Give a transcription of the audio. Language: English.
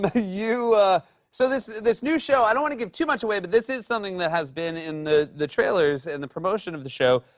but so, this this new show i don't want to give too much away, but this is something that has been in the the trailers and the promotion of the show.